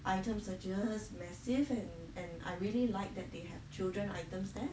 items are just massive and and I really liked that they have children items there